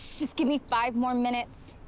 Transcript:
just give me five more minutes.